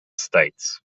states